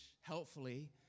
helpfully